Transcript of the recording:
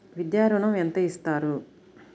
విద్యా ఋణం ఎంత ఇస్తారు?